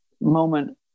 moment